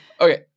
Okay